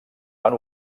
van